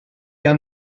han